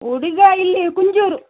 ಹುಡಿಗ ಇಲ್ಲಿ ಕುಂಜೂರು